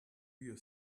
your